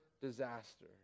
disaster